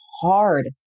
hard